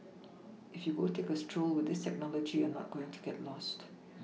if you go take a stroll with this technology you're not going to get lost